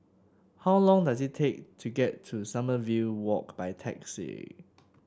how long does it take to get to Sommerville Walk by taxi